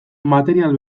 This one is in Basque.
material